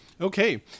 Okay